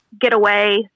getaway